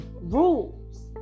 rules